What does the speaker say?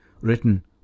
written